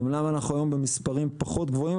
אמנם אנחנו היום במספרים פחות גבוהים,